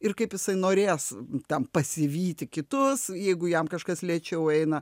ir kaip jisai norės ten pasivyti kitus jeigu jam kažkas lėčiau eina